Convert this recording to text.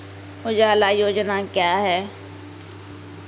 उजाला योजना क्या हैं?